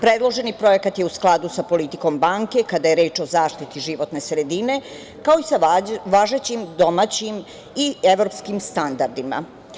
Predloženi projekat je u skladu sa politikom banke kada je reč o zaštiti životne sredine, kao i sa važećim domaćim i evropskim standardima.